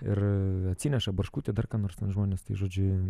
ir atsineša barškutį dar ką nors ten žmonės tai žodžiu